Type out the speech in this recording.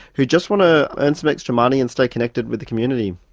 who just want to earn some extra money and stay connected with the community.